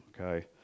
okay